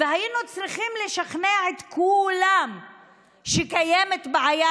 והיינו צריכים לשכנע את כולם שקיימת בעיה